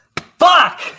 Fuck